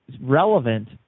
relevant